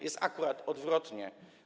Jest akurat odwrotnie.